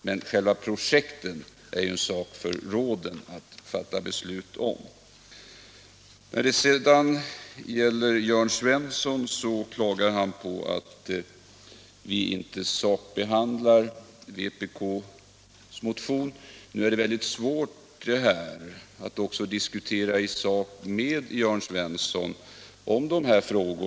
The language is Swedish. Men det är en sak för råden att fatta beslut om själva projekten. Jörn Svensson klagar på att vi i utskottsbetänkandet inte sakbehandlar vpk:s motion. Nu är det väldigt svårt att diskutera de här frågorna i sak med Jörn Svensson.